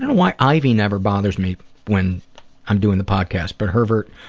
and why ivy never bothers me when i'm doing the podcast. but herbert,